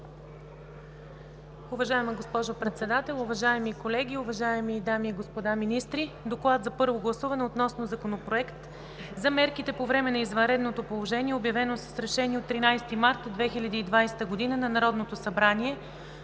Уважаема госпожо Председател, уважаеми колеги, уважаеми дами и господа министри! „ДОКЛАД за първо гласуване относно Законопроект за мерките по време на извънредното положение, обявено с решение от 13 март 2020 г. на Народното събрание,